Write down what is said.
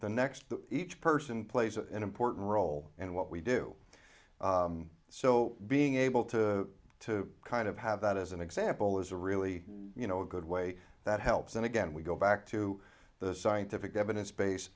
the next that each person plays an important role in what we do so being able to to kind of have that as an example is a really you know a good way that helps and again we go back to the scientific evidence base